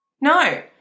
No